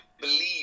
believe